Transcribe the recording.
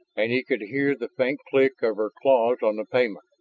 and he could hear the faint click of her claws on the pavement.